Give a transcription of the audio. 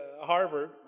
Harvard